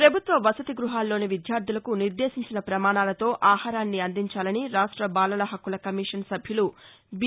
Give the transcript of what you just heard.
ప్రభుత్వ వసతి గృహాల్లోని విద్యార్దలకు నిర్దేశించిన ప్రమాణాలతో ఆహారాన్ని అందించాలని రాష్ట బాలల హక్కుల కమిషన్ సభ్యులు బీ